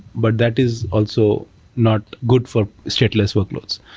but that is also not good for stateless workloads.